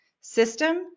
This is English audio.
system